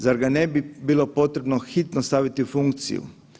Zar ga ne bi bilo potrebno hitno staviti u funkciju?